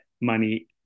money